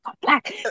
black